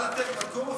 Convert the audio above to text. חבל לתת מקום אפילו,